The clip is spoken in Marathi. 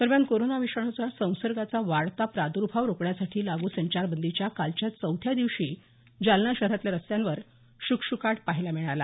दरम्यान कोरोना विषाणूचा संसर्गाचा वाढता प्रादुर्भाव रोखण्यासाठी लागू संचारबंदीच्या कालच्या चौथ्या दिवशी जालना शहरातल्या रस्त्यांवर शुकशुकाट पहायला मिळाला